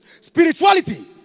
spirituality